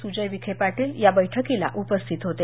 सुजय विखे पाटील या बैठकीला उपस्थित होते